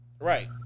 Right